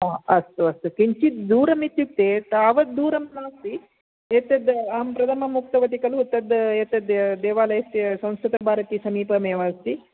ओ अस्तु अस्तु किञ्चित् दूरमित्युक्ते तावद् दूरं नास्ति एतद् अहं प्रथमम् उक्तवति कलु तद् एतद् देवालयस्य संस्कृतभारती समीपमेव अस्ति